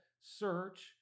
search